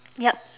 yup